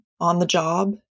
on-the-job